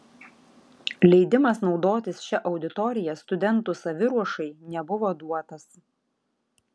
leidimas naudotis šia auditorija studentų saviruošai nebuvo duotas